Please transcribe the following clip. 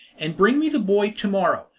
and bring me the boy to-morrow,